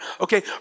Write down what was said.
okay